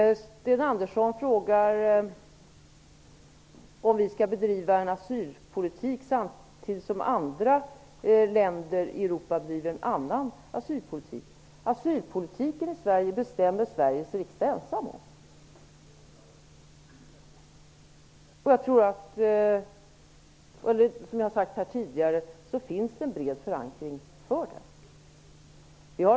Sten Andersson i Malmö frågade om vi skall bedriva en asylpolitik samtidigt som andra länder i Europa bedriver en annan asylpolitik. Sveriges asylpolitik bestämmer Sveriges riksdag ensam om. Som jag har sagt tidigare har den en bred förankring.